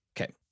Okay